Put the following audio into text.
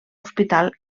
hospital